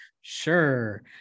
Sure